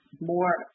more